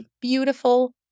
beautiful